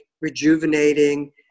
rejuvenating